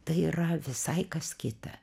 tai yra visai kas kita